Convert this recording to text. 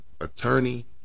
attorney